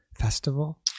festival